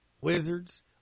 Wizards